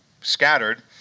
scattered